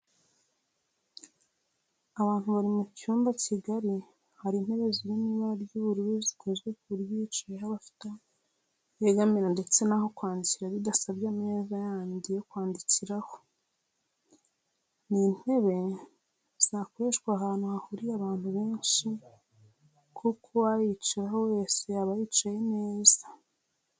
Abantu bari mu cyumba kigari hari intebe ziri mu ibara ry'ubururu zikozwe ku buryo uyicayeho aba afite aho yegamira ndetse n'aho kwandikira bidasabye ameza yandi yo kwandikiraho. Ni intebe zakoreshwa ahantu hahuriye abantu benshi kuko uwayicaraho wese yaba yicaye neza.